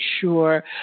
sure